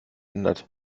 ändert